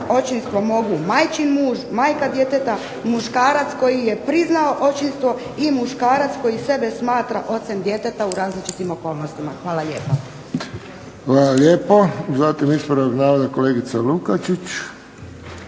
očinstvo mogu majčin muž, majka djeteta, muškarac koji je priznao očinstvo i muškarac koji sebe smatra ocem djeteta u različitim okolnostima. Hvala lijepa. **Friščić, Josip (HSS)** Hvala lijepo. Zatim ispravak navoda kolegica Lukačić.